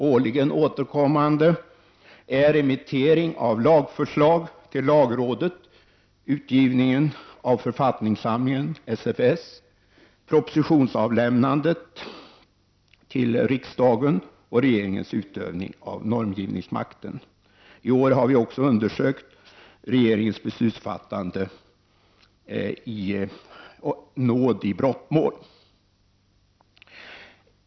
Årligen återkommande ärenden är remitteringen av lagförslag till lagrådet, utgivningen av författningssamlingen SFS, propositionsavlämnandet till riksdagen och regeringens utövning av normgivningsmakten. I år har vi också undersökt regeringens beslutsfattande i nådeärenden gällande brottmål.